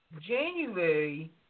January –